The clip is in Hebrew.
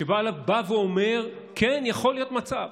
שבא ואומר: כן, יכול להיות מצב,